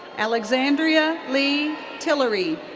alexandria lee tillery.